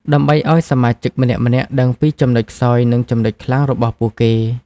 ដើម្បីឲ្យសមាជិកម្នាក់ៗដឹងពីចំណុចខ្សោយនិងចំណុចខ្លាំងរបស់ពួកគេ។